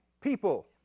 people